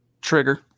trigger